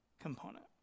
component